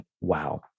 wow